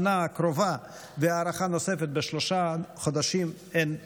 הקרובה והארכה נוספת בשלושה חודשים הן מספיקות,